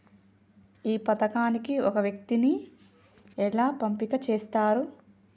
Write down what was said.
ఈ పథకానికి ఒక వ్యక్తిని ఎలా ఎంపిక చేస్తారు?